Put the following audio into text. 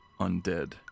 undead